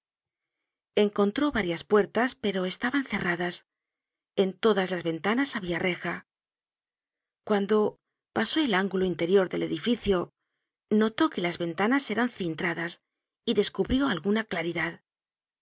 encontró varias puertas pero estaban cerradas en todas las ventanas había reja cuando pasó el ángulo interior del edificio notó que las ventanas eran cintradas y descubrió alguna claridad